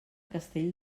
castell